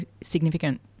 significant